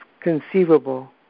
conceivable